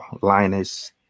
Linus